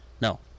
No